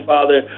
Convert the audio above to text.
Father